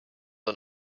und